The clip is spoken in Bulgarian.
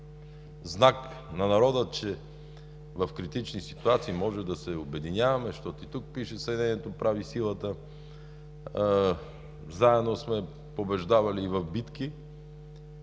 знак на народа, че в критични ситуации можем да се обединяваме, защото и тук пише: „Съединението прави силата“. Заедно сме побеждавали и в битки.